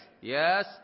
yes